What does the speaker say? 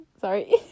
sorry